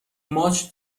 ماچ